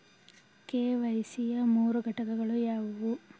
KYC ಯ ಮೂರು ಘಟಕಗಳು ಯಾವುವು?